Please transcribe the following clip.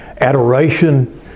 Adoration